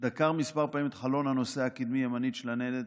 דקר כמה פעמים את חלון הנוסע הקדמי הימני של הניידת,